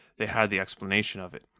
they had the explanation of it.